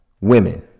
women